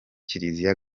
kiliziya